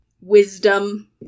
wisdom